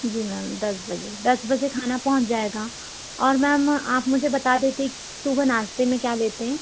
जी ma'am दस बजे दस बजे खाना पहुँच जाएगा और मैम आप मुझे बता देते कि सुबह नाश्ते में क्या लेते हैं